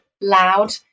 loud